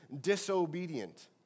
disobedient